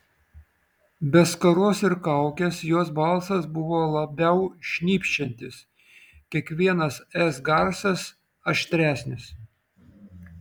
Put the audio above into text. be skaros ir kaukės jos balsas buvo labiau šnypščiantis kiekvienas s garsas aštresnis